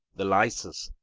the lysis,